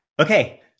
Okay